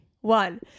One